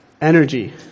energy